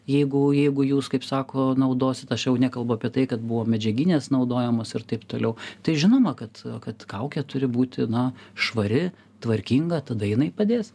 jeigu jeigu jūs kaip sako naudosit aš jau nekalbu apie tai kad buvo medžiaginės naudojamos ir taip toliau tai žinoma kad kad kaukė turi būti na švari tvarkinga tada jinai padės